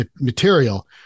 material